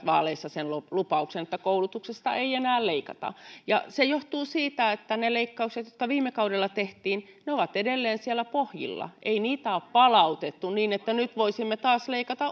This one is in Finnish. vaaleissa sen lupauksen että koulutuksesta ei enää leikata se johtuu siitä että ne leikkaukset jotka viime kaudella tehtiin ovat edelleen siellä pohjilla ei niitä ole palautettu niin että nyt voisimme taas leikata